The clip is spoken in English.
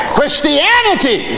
Christianity